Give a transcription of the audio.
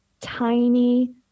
tiny